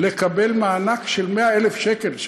לקבל מענק של 100,000 שקל.